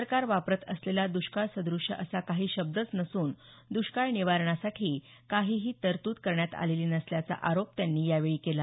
सरकार वापरत असलेला दष्काळसद्रश असा काही शब्दच नसून दष्काळ निवारणासाठी काहीही तरतूद करण्यात आलेली नसल्याचा आरोप त्यांनी यावेळी केला